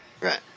Right